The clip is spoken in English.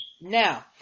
Now